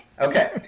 Okay